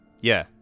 Yeah